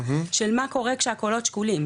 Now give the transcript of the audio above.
של מה קורה כשהקולות שקולים.